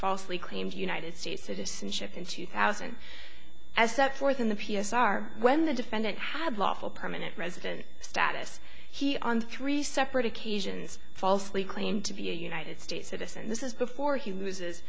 falsely claimed united states citizenship in two thousand as set forth in the p s r when the defendant had lawful permanent resident status he on three separate occasions falsely claimed to be a united states citizen this is before he loses